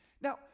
Now